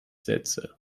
setze